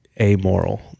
amoral